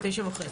ב-09:30.